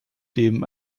dem